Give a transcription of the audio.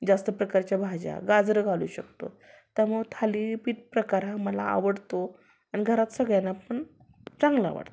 जास्त प्रकारच्या भाज्या गाजरं घालू शकतो त्यामुळं थालीपीठ प्रकार हा मला आवडतो आणि घरात सगळ्यांना पण चांगला वाटतो